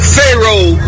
Pharaoh